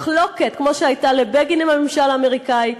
מחלוקת כמו שהייתה לבגין עם הממשל האמריקני,